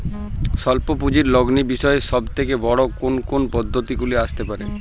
স্বল্প পুঁজির লগ্নি বিষয়ে সব থেকে বড় কোন কোন বিপদগুলি আসতে পারে?